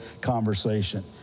conversation